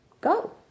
Go